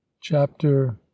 chapter